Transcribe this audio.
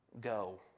go